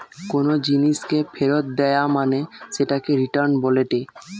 কোনো জিনিসকে ফেরত দেয়া মানে সেটাকে রিটার্ন বলেটে